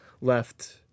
left